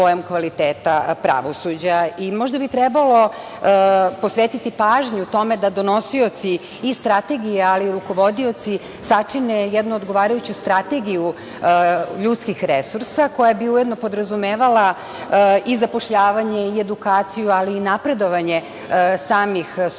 bi trebalo posvetiti pažnju tome da donosioci i strategije ali i rukovodioci sačine jednu odgovarajuću strategiju ljudskih resursa, koja bi ujedno podrazumevala i zapošljavanje i edukaciju, ali i napredovanje samih sudija